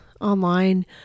online